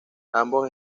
ambos